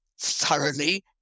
thoroughly